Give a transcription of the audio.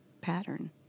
pattern